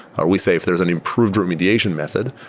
are we safe? there is an improved remediation method.